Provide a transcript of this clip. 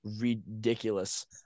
Ridiculous